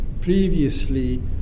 previously